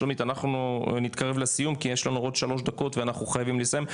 שלומית אנחנו נתקרב לסיום כי יש לנו עוד שלוש דקות ואנחנו חייבים לסיים.